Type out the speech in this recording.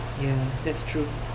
ya that's true